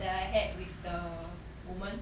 that I had with the woman